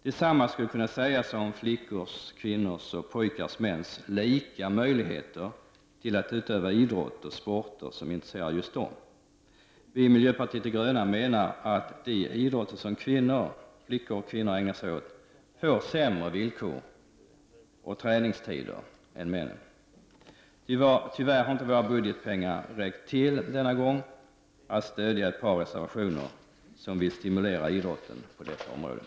Detsamma skulle kunna sägas om flickors-kvinnors och pojkars-mäns lika möjligheter att utöva idrott och sporter som intresserar just dem. Vi i miljöpartiet de gröna menar att de idrotter som flickor och kvinnor ägnar sig åt får sämre villkor och träningstider än mäns idrotter. Tyvärr räcker inte budgetpengarna till denna gång för att stödja ett par reservationer som vill stimulera idrotten på det här området.